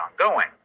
ongoing